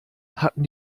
hatten